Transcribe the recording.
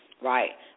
right